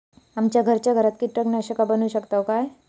आम्ही आमच्या घरात कीटकनाशका बनवू शकताव काय?